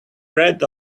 bread